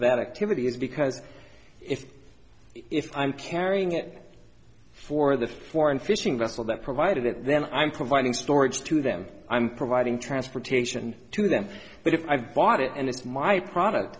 that activities because if if i'm carrying it for the foreign fishing vessel that provided it then i'm providing storage to them i'm providing transportation to them but if i bought it and it's my product